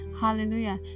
Hallelujah